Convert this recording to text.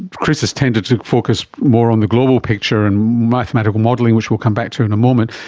chris has tended to focus more on the global picture and mathematical modelling, which we'll come back to in a moment,